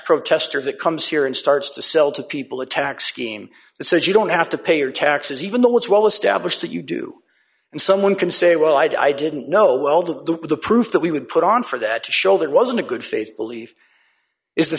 protester that comes here and starts to sell to people a tax scheme that says you don't have to pay your taxes even though it's well established that you do and someone can say well i didn't know well the the proof that we would put on for that to show that wasn't a good faith belief is the